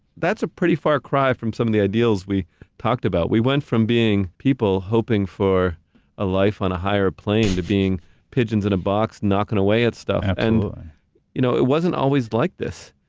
that's a pretty far cry from some of the ideals we talked about. we went from being people hoping for a life on a higher plane to being pigeons in a box, knocking away at stuff, and you know, it wasn't always like this.